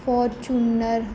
Fortuner